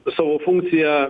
savo funkciją